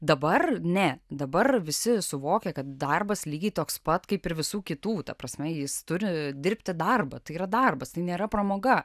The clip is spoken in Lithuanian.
dabar ne dabar visi suvokia kad darbas lygiai toks pat kaip ir visų kitų ta prasme jis turi dirbti darbą tai yra darbas tai nėra pramoga